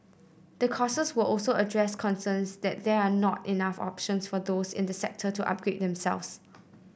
the courses will also address concerns that there are not enough options for those in the sector to upgrade themselves